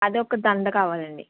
అదొక దండ కావాలండీ